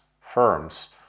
firms